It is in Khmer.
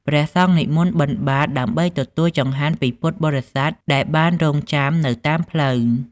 ព្រះសង្ឃនិមន្តបិណ្ឌបាត ដើម្បីទទួលចង្ហាន់ពីពុទ្ធបរិស័ទដែលបានរង់ចាំនៅតាមផ្លូវ។